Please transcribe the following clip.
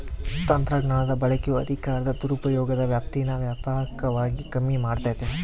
ತಂತ್ರಜ್ಞಾನದ ಬಳಕೆಯು ಅಧಿಕಾರದ ದುರುಪಯೋಗದ ವ್ಯಾಪ್ತೀನಾ ವ್ಯಾಪಕವಾಗಿ ಕಮ್ಮಿ ಮಾಡ್ತತೆ